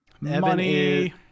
Money